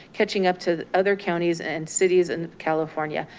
catching up to other counties and cities in california.